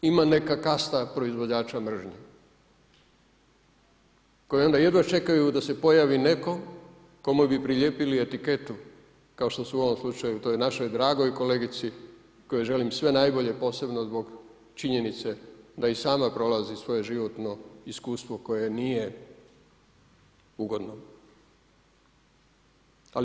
Imam neka kasta proizvođača mržnje koji onda jedva čekaju da se pojavi netko kome bi prilijepili etiketu, kao što su u ovom slučaju toj našoj dragoj kolegici kojoj želim sve najbolje, posebno zbog činjenice da i sama prolazi svoje životno iskustvo koje nije ugodno.